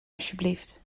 alsjeblieft